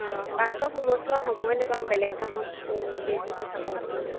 অঁ পাছৰ সময়ছোৱা সময় নাপাওঁ বেলেগ কামত বিজি হৈ থাকোঁ